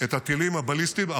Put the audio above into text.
את הטילים הבליסטיים.